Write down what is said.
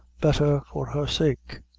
better for her sake.